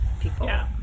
people